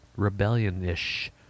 Rebellion-ish